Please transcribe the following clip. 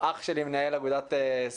אח שלי מנהל אגודת ספורט,